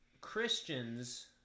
Christians